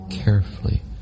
carefully